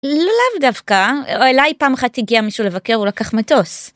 לאו דווקא, אלי פעם אחת תגיע מישהו לבקר ולקח מטוס.